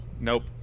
Nope